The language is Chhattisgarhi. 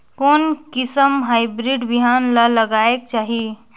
कोन किसम हाईब्रिड बिहान ला लगायेक चाही?